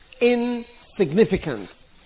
insignificant